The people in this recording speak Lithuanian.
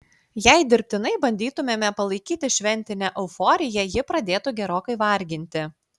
jei dirbtinai bandytumėme palaikyti šventinę euforiją ji pradėtų gerokai varginti